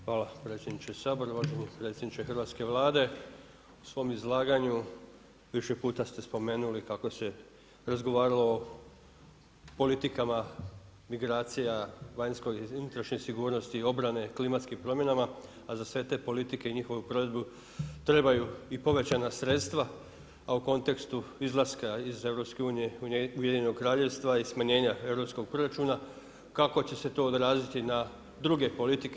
Hvala predsjedniče Sabora, uvaženi kolega Hrvatske Vlade, u svom izlaganju više puta ste spomenuli kako se razgovaralo o politikama, migracija vanjske i unutrašnje sigurnosti i obrane o klimatskih promjenama, a za sve te politike i njihovu provedbu trebaju povećana sredstva, a u kontekstu izlaska iz EU, UN i smanjenja europskog proračuna, kako će se to odraziti na druge politike.